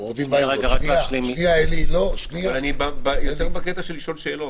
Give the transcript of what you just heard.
בא לשאול שאלות.